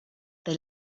they